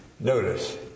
notice